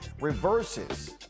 reverses